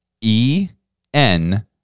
E-N